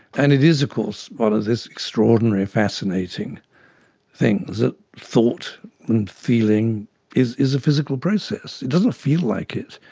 and it is of course one of these extraordinary fascinating things that thought and feeling is is a physical process. it doesn't feel like it.